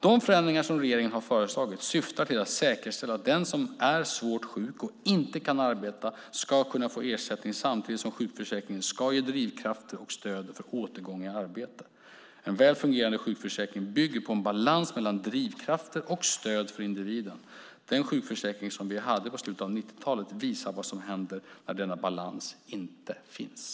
De förändringar som regeringen har föreslagit syftar till att säkerställa att den som är svårt sjuk och inte kan arbeta ska kunna få ersättning samtidigt som sjukförsäkringen ska ge drivkrafter och stöd för återgång i arbete. En väl fungerande sjukförsäkring bygger på en balans mellan drivkrafter och stöd för individen. Den sjukförsäkring som vi hade på slutet av 1990-talet visar vad som händer när denna balans inte finns.